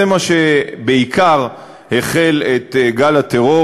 זה בעיקר מה שהחל את גל הטרור,